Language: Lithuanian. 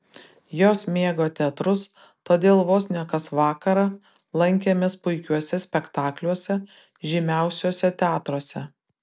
jos mėgo teatrus todėl vos ne kas vakarą lankėmės puikiuose spektakliuose žymiausiuose teatruose